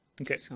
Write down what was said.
Okay